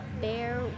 bear